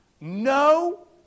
no